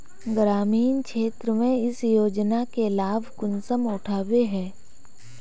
ग्रामीण क्षेत्र में इस योजना के लाभ कुंसम उठावे है?